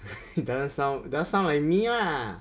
doesn't sound doesn't sound like me lah